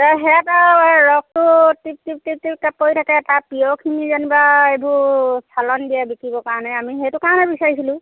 সেইয়াত আৰু সেই ৰসটো টিপ টিপ টিপ টিপকে পৰি থাকে তাত পিয়েৰখিনি যেনিবা এইবোৰ চালান দিয়ে বিকিবৰ কাৰণে মানে আমি সেইটো কাৰণে বিচাৰিছোঁ